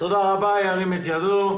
ירים את ידו.